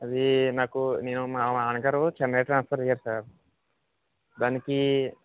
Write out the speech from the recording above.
అదీ నాకు నేను మా మా నాన్నగారు చెన్నై ట్రాన్స్ఫర్ అయ్యారు సార్ దానికి